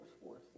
sports